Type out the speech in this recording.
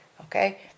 okay